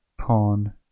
Pawn